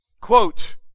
quote